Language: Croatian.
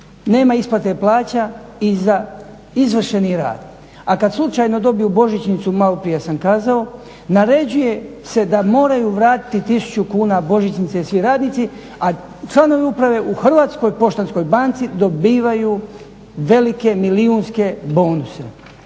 nema isplate plaća i za izvršeni rad. A kad slučajno dobiju božićnicu, maloprije sam kazao, naređuje se da moraju vratiti 1000 kuna božićnice svi radnici, a članovi Uprave u HPB-u dobivaju velike milijunske bonuse.